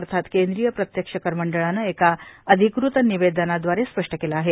अर्थात केंद्रीय प्रत्यक्ष कर मंडळानं एका अधिकृत निवेदनादवारे स्पष्ट केलं आहे